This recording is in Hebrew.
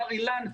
בר-אילן,